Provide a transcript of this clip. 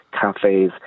cafes